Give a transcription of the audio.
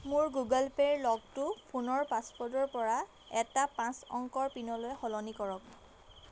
মোৰ গুগল পে'ৰ লকটো ফোনৰ পাছৱৰ্ডৰ পৰা এটা পাঁচ অংকৰ পিনলৈ সলনি কৰক